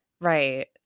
right